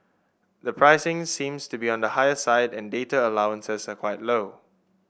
the pricing seems to be on the higher side and data allowances are quite low